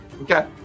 Okay